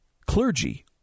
Clergy